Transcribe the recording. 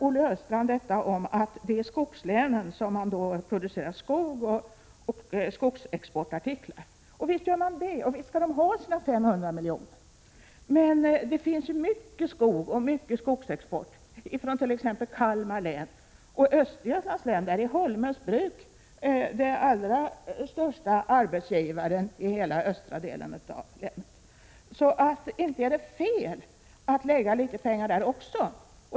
Olle Östrand sade att det är i skogslänen man producerar skog och skogsexportartiklar. Visst gör man det, och visst skall man ha sina 500 miljoner. Men det förekommer mycken skog och mycken skogsexport, från t.ex. Kalmar län. I Östergötlands län är t.ex. Holmens bruk den allra största arbetsgivaren i hela östra delen av länet. Inte är det fel att lägga litet pengar där också.